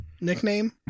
nickname